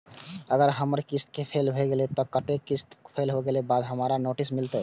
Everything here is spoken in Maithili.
अगर हमर किस्त फैल भेलय त कै टा किस्त फैल होय के बाद हमरा नोटिस मिलते?